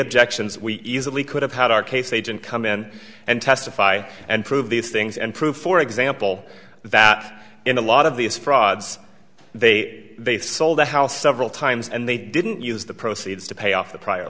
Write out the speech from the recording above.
objections we easily could have had our case agent come in and testify and prove these things and prove for example that in a lot of these frauds they they sold the house several times and they didn't use the proceeds to pay off the prior